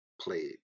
played